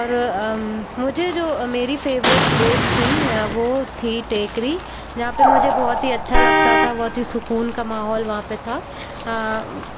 और मुझे जो मेरी फ़ेवरेट प्लेस थी वो थी टेकरी जहाँ पे मुझे बहुत ही अच्छा लगता था बहुत ही सुकून का माहौल वहाँ पे था